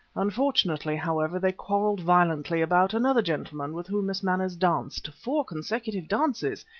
unfortunately, however, they quarrelled violently about another gentlemen with whom miss manners danced four consecutive dances,